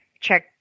check